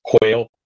quail